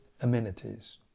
amenities